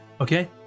Okay